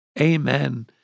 Amen